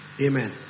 Amen